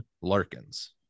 Larkins